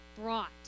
brought